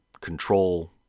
control